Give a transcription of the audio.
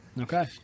Okay